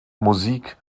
musik